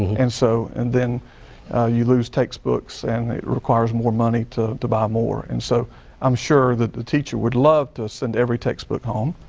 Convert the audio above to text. and so and then you lose textbooks and it requires more money to to buy more. and so i'm sure that the teacher would love to send every textbook home.